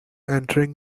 entering